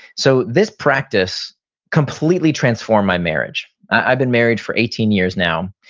so this practice completely transformed my marriage. i've been married for eighteen years now,